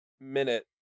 minute